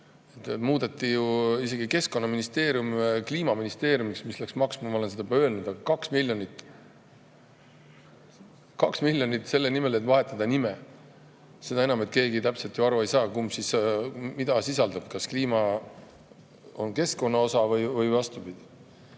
Muudeti ju isegi keskkonnaministeerium Kliimaministeeriumiks, mis läks maksma – ma olen seda juba öelnud – 2 miljonit. Kaks miljonit selle eest, et vahetada nime! Seda enam, et keegi täpselt ju aru ei saa, kumb kumba sisaldab, kas kliima on keskkonna osa või vastupidi.